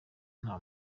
nta